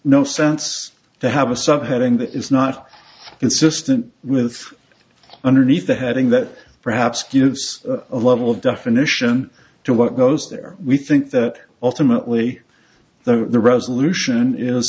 no sense to have a subheading that is not consistent with underneath the heading that perhaps gives a level of definition to what goes there we think that ultimately the resolution is